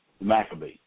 Maccabee